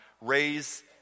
raise